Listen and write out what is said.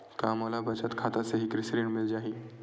का मोला बचत खाता से ही कृषि ऋण मिल जाहि?